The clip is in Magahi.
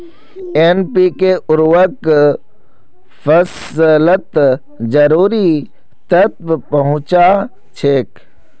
एन.पी.के उर्वरक फसलत जरूरी तत्व पहुंचा छेक